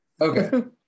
Okay